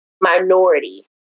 minority